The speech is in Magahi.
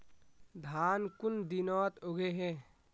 धान कुन दिनोत उगैहे